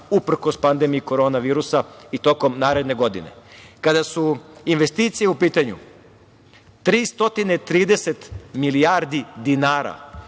uprkos pandemiji Korona virusa i tokom naredne godine. Kada su investicije u pitanju, 330 milijardi dinara,